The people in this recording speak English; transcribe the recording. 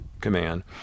Command